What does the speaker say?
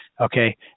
Okay